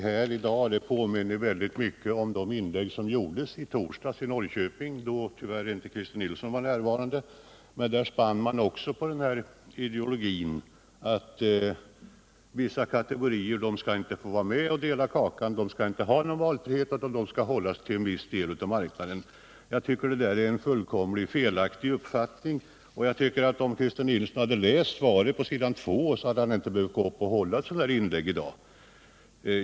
Herr talman! Christer Nilssons inlägg här i dag påminner mycket om de inlägg som gjordes i Norrköping i torsdags, då tyvärr inte Christer Nilsson var närvarande. Också då utgick man från den ideologin att vissa kategorier inte skall få vara med och dela kakan — de skall inte ha någon valfrihet utan skall hålla sig till en viss del av marknaden. Jag tycker att det är en fullständigt felaktig uppfattning. Om Christer Nilsson hade lyssnat på vad som anfördes i slutet av statsrådets svar, hade han inte behövt hålla ett sådant anförande som det han framfört i dag.